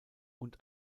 und